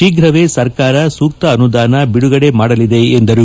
ಶೀಘವೇ ಸರ್ಕಾರ ಸೂಕ್ತ ಅನುದಾನ ಬಿಡುಗಡೆ ಮಾಡಲಿದೆ ಎಂದರು